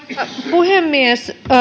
puhemies